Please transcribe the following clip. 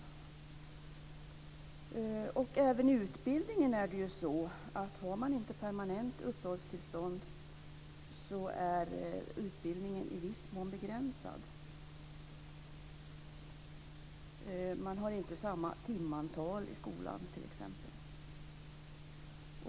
Även i fråga om utbildningen är det så att för den som inte har permanent uppehållstillstånd är utbildningen i viss mån begränsad. Man har inte samma timantal i skolan t.ex.